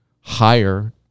higher